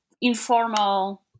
informal